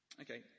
okay